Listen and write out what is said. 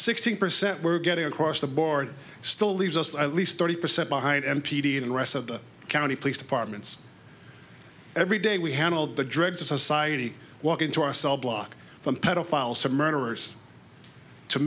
sixteen percent we're getting across the board still leaves us at least thirty percent behind n p t and the rest of the county police departments every day we handled the dregs of society walk into our cell block from pedophiles to murderers to